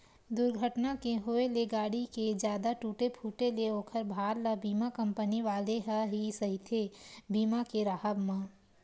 दूरघटना के होय ले गाड़ी के जादा टूटे फूटे ले ओखर भार ल बीमा कंपनी वाले ह ही सहिथे बीमा के राहब म